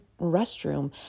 restroom